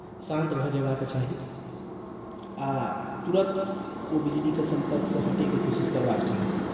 शान्त भऽ जयबाक चाही आ तुरन्त ओ बिजलीके सम्पर्कसँ हटयके कोशिश करबाक चाही